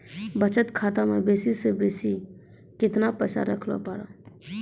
बचत खाता म बेसी से बेसी केतना पैसा रखैल पारों?